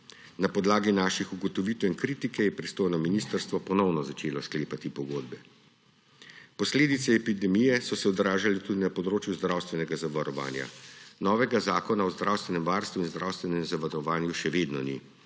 Na podlagi naših ugotovitev in kritike je pristojno ministrstvo ponovno začelo sklepati pogodbe. Posledice epidemije so se odražale tudi na področju zdravstvenega zavarovanja. Novega zakona o zdravstvenem varstvu in zdravstvenem zavarovanju še vedno ni,